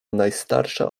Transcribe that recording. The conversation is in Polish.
najstarsza